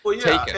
taken